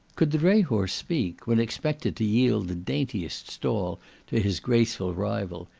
could the dray-horse speak, when expected to yield the daintiest stall to his graceful rival,